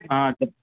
చెప్పండి